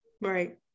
Right